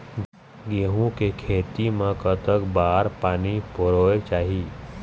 गेहूं के खेती मा कतक बार पानी परोए चाही?